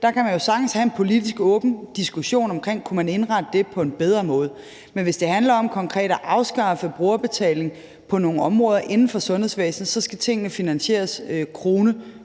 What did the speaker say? siger, at man jo sagtens kan have en politisk åben diskussion om, om man kunne indrette det på en bedre måde. Men hvis det handler om konkret at afskaffe brugerbetaling på nogle områder inden for sundhedsvæsenet, skal tingene finansieres krone